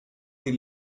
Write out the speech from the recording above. the